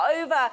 over